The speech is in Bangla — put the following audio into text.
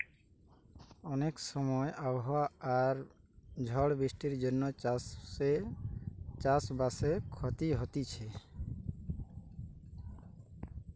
অনেক সময় আবহাওয়া আর ঝড় বৃষ্টির জন্যে চাষ বাসে ক্ষতি হতিছে